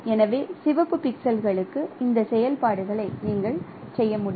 எனவே சிவப்பு பிக்சல்களுக்கு இந்த செயல்பாடுகளை நீங்கள் செய்ய முடியும்